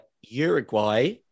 Uruguay